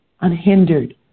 unhindered